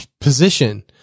position